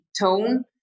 tone